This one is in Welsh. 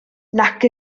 nac